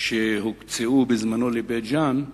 שהוקצו בזמנו לבית-ג'ן,